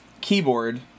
keyboard